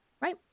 right